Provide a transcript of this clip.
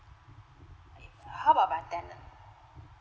i~ how about my tenant